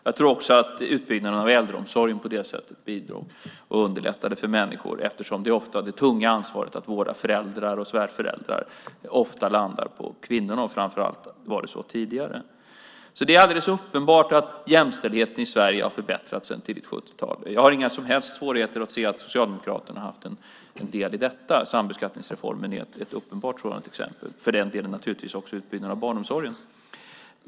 Jag tror också att utbyggnaden av äldreomsorgen bidrog och underlättade för människor, eftersom det tunga ansvaret att vårda föräldrar och svärföräldrar ofta landar på kvinnorna. Framför allt var det så tidigare. Det är alldeles uppenbart att jämställdheten i Sverige har förbättrats sedan tidigt 70-tal. Jag har inga som helst svårigheter att se att Socialdemokraterna har haft en del i detta. Sambeskattningsreformen är ett uppenbart sådant exempel, för den delen naturligtvis också utbyggnaden av barnomsorgen.